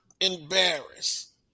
embarrassed